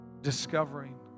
discovering